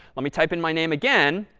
let me type in my name again.